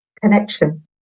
Connection